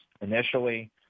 initially